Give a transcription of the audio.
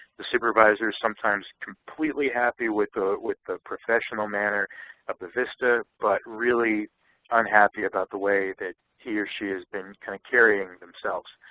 the supervisor is sometimes completely happy with ah with the professional manner of the vista but really unhappy about the way that he or she has been kind of carrying themselves.